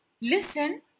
listen